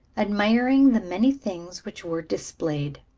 admiring the many things which were displayed.